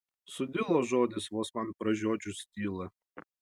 sudilo žodis vos man pražiodžius tylą